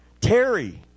Terry